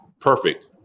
perfect